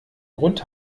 grund